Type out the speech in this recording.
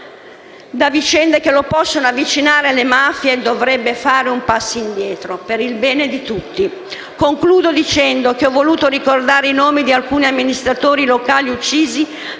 da vicende che lo possano avvicinare alle mafie dovrebbe fare un passo indietro per il bene di tutti. Concludo dicendo che ho voluto ricordare i nomi di alcuni amministratori locali uccisi